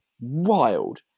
Wild